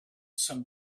some